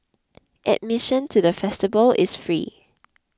admission to the festival is free